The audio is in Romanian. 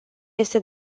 este